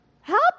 Help